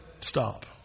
stop